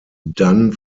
done